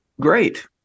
Great